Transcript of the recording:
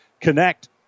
connect